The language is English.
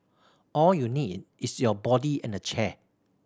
all you need is your body and a chair